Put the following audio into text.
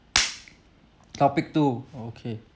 topic two okay